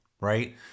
right